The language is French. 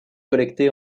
collectées